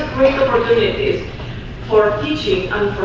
opportunities for teaching